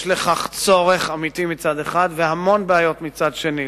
יש בכך צורך אמיתי מצד אחד, והמון בעיות מצד שני.